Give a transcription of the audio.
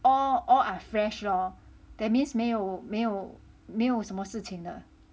all all are fresh lor that means 没有没有没有什么事情呢